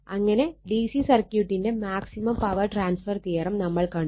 അങ്ങനെ D C സർക്യൂട്ടിന്റെ maximum power transfer theorem നമ്മൾ കണ്ടു